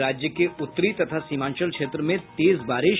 और राज्य के उत्तरी तथा सीमांचल क्षेत्र में तेज बारिश